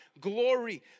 glory